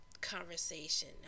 conversation